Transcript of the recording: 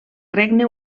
regne